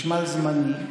חשמל זמני.